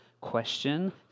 question